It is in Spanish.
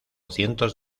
cientos